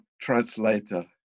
translator